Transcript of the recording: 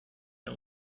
der